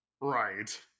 Right